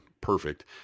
perfect